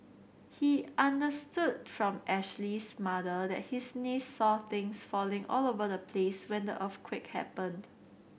he understood from Ashley's mother that his niece saw things falling all over the place when the earthquake happened